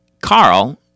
Carl